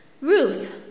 Ruth